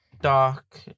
dark